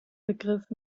begriff